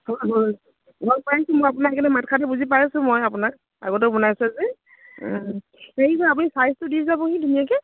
হয় হয় গম পাইছোঁ মই আপোনাক কেলৈ মাতষাৰটো বুজি পাইছোঁ মই আপোনাক আগতেও বনাইছে যে হেৰি কৰিব আপুনি চাইজটো দি যাবহি ধুনীয়াকৈ